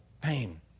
pain